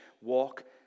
walk